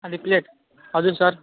कति प्लेट हजुर सर